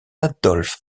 adolf